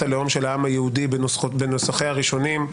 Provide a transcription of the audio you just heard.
הלאום של העם היהודי בנוסחיה הראשונים,